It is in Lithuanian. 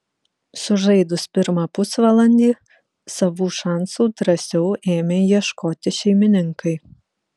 sužaidus pirmą pusvalandį savų šansų drąsiau ėmė ieškoti šeimininkai